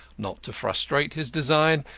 not to frustrate his design,